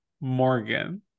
Morgan